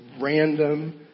random